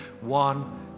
One